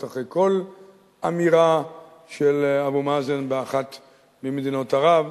אחרי כל אמירה של אבו מאזן באחת ממדינות ערב,